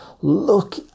look